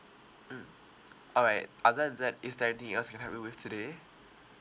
mm all right other than that is there anything else I can help you with today